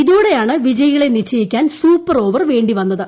ഇതോടെയാണ് വിജയികളെ നിശ്ചയിക്കാൻ സൂപ്പർ ഓവർ വേണ്ടി വന്നത്